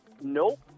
Nope